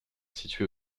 situé